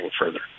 further